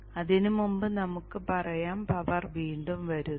അതിനുമുമ്പ് നമുക്ക് പറയാം പവർ വീണ്ടും വരുന്നു